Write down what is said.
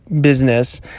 business